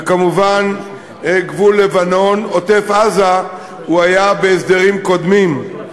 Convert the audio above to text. וכמובן, גבול לבנון, עוטף-עזה היה בהסדרים קודמים.